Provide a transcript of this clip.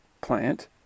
plant